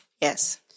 Yes